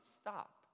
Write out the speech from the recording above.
stop